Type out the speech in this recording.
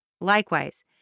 Likewise